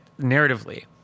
narratively